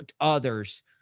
others